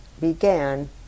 began